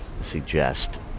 suggest